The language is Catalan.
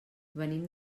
venim